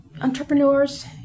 entrepreneurs